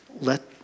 let